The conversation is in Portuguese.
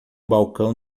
balcão